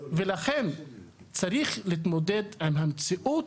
ולכן, צריך להתמודד עם המציאות,